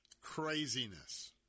craziness